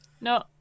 No